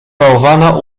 bałwana